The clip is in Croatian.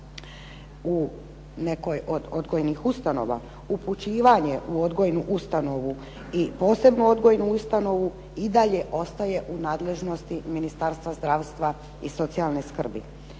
u nekoj u odgojnih ustanova, upućivanje u odgojnu ustanovu, i posebnu odgojnu ustanovu i dalje ostaje u nadležnosti Ministarstva zdravstva i socijalne skrbi.